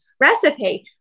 recipe